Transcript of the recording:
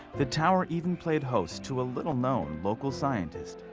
the tower even played host to a little known local scientist,